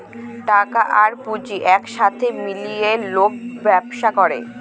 টাকা আর পুঁজি এক সাথে মিলিয়ে লোক ব্যবসা করে